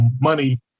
money